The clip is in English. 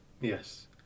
Yes